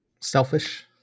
Selfish